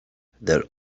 there